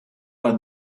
war